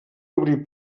obrir